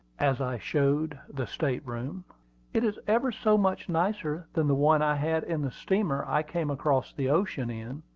as i showed the state-room. it is ever so much nicer than the one i had in the steamer i came across the ocean in!